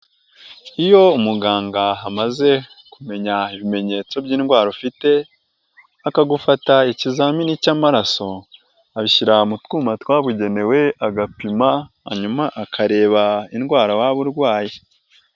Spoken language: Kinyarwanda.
Iyo muganga amaze kumenya ibimenyetso by'indwara ufite, akagufata ikizamini cy'amaraso, abishyira mu twuma twabugenewe agapima, hanyuma akareba indwara waba urwaye.